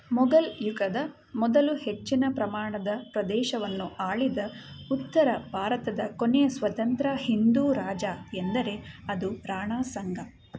ಮೊಘಲ್ ಯುಗದ ಮೊದಲು ಹೆಚ್ಚಿನ ಪ್ರಮಾಣದ ಪ್ರದೇಶವನ್ನು ಆಳಿದ ಉತ್ತರ ಭಾರತದ ಕೊನೆಯ ಸ್ವತಂತ್ರ ಹಿಂದೂ ರಾಜ ಎಂದರೆ ಅದು ರಾಣಾ ಸಾಂಗಾ